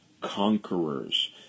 conquerors